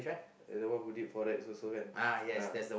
the one who did Forex also kan ah